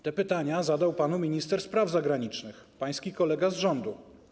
Te pytania zadał panu minister spraw zagranicznych, pański kolega z rządu.